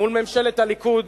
מול ממשלת הליכוד,